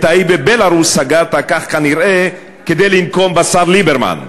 את ההיא בבלרוס סגרת כנראה כדי לנקום בשר ליברמן.